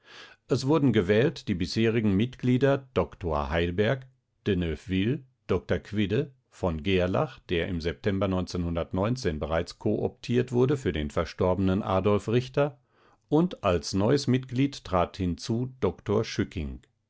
es wurden gewählt die bisherigen mitglieder dr heilberg de neufville dr quidde v gerlach der im september bereits kooptiert wurde für den verstorbenen adolf richter und als neues mitglied trat hinzu